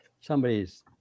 somebody's